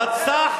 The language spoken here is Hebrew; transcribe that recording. רצח,